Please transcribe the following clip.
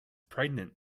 pregnant